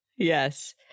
Yes